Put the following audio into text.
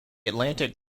atlantic